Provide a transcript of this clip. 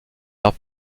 art